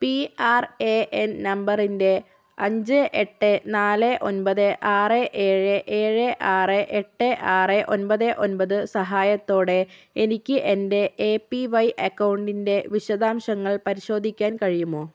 P R A N നമ്പറിൻ്റെ അഞ്ച് എട്ട് നാല് ഒൻപത് ആറ് ഏഴ് ഏഴ് ആറ് എട്ട് ആറ് ഒൻപത് ഒൻപത് സഹായത്തോടെ എനിക്ക് എൻ്റെ എ പി വൈ അക്കൗണ്ടിൻ്റെ വിശദാംശങ്ങൾ പരിശോധിക്കാൻ കഴിയുമോ